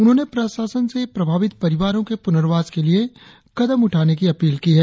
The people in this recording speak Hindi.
उन्होंने प्रशासन से प्रभावित परिवारों के प्रनर्वास के लिए कदम उठाने की अपील की है